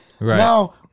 now